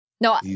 No